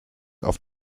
auf